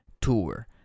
tour